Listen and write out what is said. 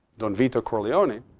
don vito corleone,